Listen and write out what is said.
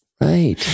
Right